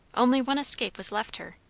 only one escape was left her.